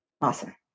Awesome